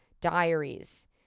diaries